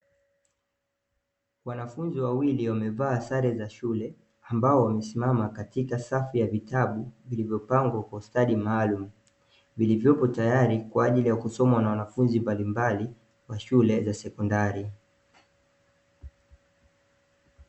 Wanafunzi wawili wamevaa sare za shule, ambao wamesimama katika safu ya vitabu vilivyopangwa kwa ustadi maalumu, vilivyopo tayari kwa ajili ya kusomwa na wanafunzi mbalimbali wa shule za sekondari.